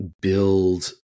build